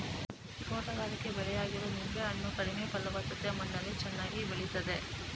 ತೋಟಗಾರಿಕೆ ಬೆಳೆಯಾಗಿರೊ ನಿಂಬೆ ಹಣ್ಣು ಕಡಿಮೆ ಫಲವತ್ತತೆ ಮಣ್ಣಲ್ಲಿ ಚೆನ್ನಾಗಿ ಬೆಳಿತದೆ